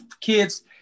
kids